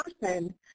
person